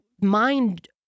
mind